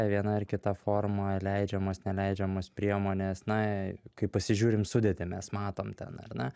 viena ar kita forma leidžiamos neleidžiamos priemonės na kai pasižiūrim sudėtį mes matom ten ar ne